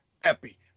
happy